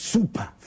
Super